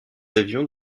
avions